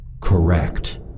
Correct